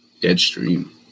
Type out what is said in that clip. Deadstream